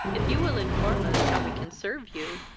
if you will inform us how we can serve you,